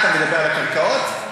אתה מדבר על הקרקעות?